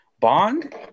Bond